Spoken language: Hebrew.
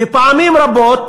ופעמים רבות